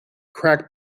crack